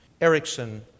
Erickson